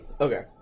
okay